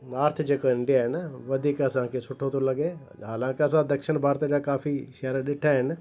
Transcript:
north जेको India आहे न वधीक असांखे सुठो थो लॻे हालांकि असां दक्षिण भारत जा काफ़ी शहर ॾिठा आहिनि